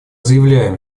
заявляем